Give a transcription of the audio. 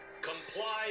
comply